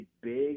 big